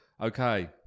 Okay